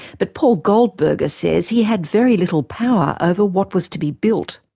but paul goldberger says he had very little power ah over what was to be built.